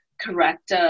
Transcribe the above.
correct